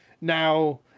now